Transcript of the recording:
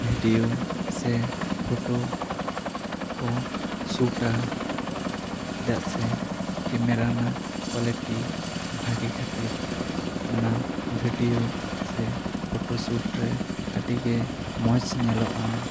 video ᱥᱮ photo ᱠᱚ ᱥᱩᱴᱟ ᱪᱮᱫᱟᱜ ᱥᱮ ᱠᱮᱢᱮᱨᱟ ᱨᱮᱱᱟᱜ ᱠᱳᱣᱟᱞᱤᱴᱤ ᱵᱷᱟᱜᱮ ᱠᱷᱟᱹᱛᱤᱨ ᱚᱱᱟ ᱵᱷᱤᱰᱤᱭᱳ ᱥᱮ ᱯᱷᱚᱴᱚ ᱥᱩᱴ ᱨᱮ ᱟᱹᱰᱤ ᱜᱮ ᱢᱚᱡᱽ ᱧᱮᱞᱚᱜᱼᱟ